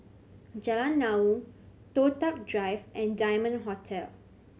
Jalan Naung Toh Tuck Drive and Diamond Hotel